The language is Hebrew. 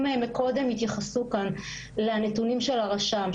אם קודם התייחסו כאן לנתונים של הרשם,